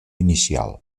inicial